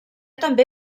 també